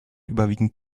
überwiegend